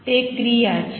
તે ક્રિયા છે